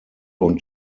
und